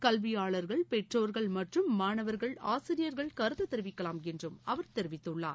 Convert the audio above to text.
கல்வியாளர்கள் பெற்றோர்கள் மற்றும் மாணவர்கள் ஆசிரியர்கள் கருத்து தெரிவிக்கலாம் என்றும் அவர் தெரிவித்துள்ளார்